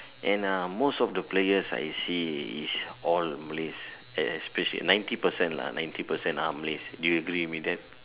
and uh most of the players I see is all Malays especially ninety percent lah ninety percent are Malays do you agree with that